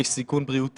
משרד החינוך הוא